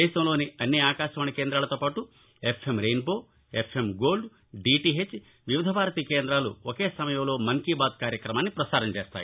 దేశంలోని అన్ని ఆకాశవాణి కేంద్రాలతోపాటు FM Rainbow FM Gold DTH Vividh Bharati కేందాలు ఒకే సమయంలో మన్ కీ బాత్ కార్యక్రమాన్ని పసారం చేస్తాయి